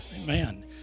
Amen